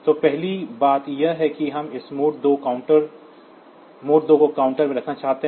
तो पहली बात यह है कि हम इस मोड 2 को काउंटर 1 में रखना चाहते हैं